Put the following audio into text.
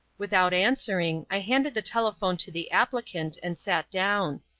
without answering, i handed the telephone to the applicant, and sat down.